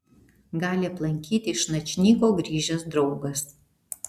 gali aplankyti iš načnyko grįžęs draugas